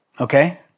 Okay